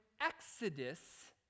exodus